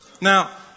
Now